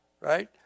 Right